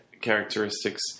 characteristics